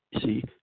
see